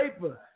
paper